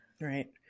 right